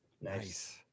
Nice